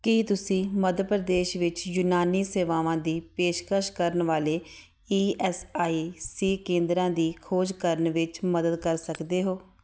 ਕੀ ਤੁਸੀਂ ਮੱਧ ਪ੍ਰਦੇਸ਼ ਵਿੱਚ ਯੂਨਾਨੀ ਸੇਵਾਵਾਂ ਦੀ ਪੇਸ਼ਕਸ਼ ਕਰਨ ਵਾਲੇ ਈ ਐਸ ਆਈ ਸੀ ਕੇਂਦਰਾਂ ਦੀ ਖੋਜ ਕਰਨ ਵਿੱਚ ਮਦਦ ਕਰ ਸਕਦੇ ਹੋ